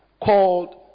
called